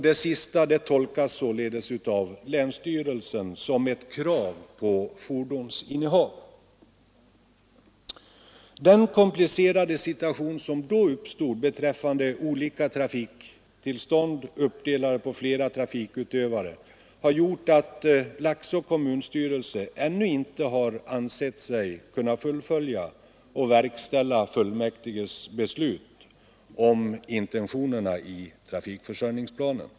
Detta tolkas av länsstyrelsen som krav på fordonsinnehav. Den komplicerade situation som då uppstod beträffande olika trafiktillstånd uppdelade på flera trafikutövare har gjort att Laxå kommunstyrelse ännu inte har ansett sig kunna fullfölja och verkställa fullmäktiges beslut om intentionerna i trafikförsörjningsplanen.